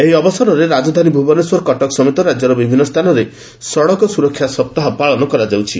ଏହି ଅବସରରେ ରାଜଧାନୀ ଭୁବନେଶ୍ୱର କଟକ ସମେତ ରାଜ୍ୟର ବିଭିନ୍ନ ସ୍ରାନରେ ସଡକ ସୁରକ୍ଷା ସପ୍ତାହ ପାଳନ କରାଯାଉଛି